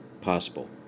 possible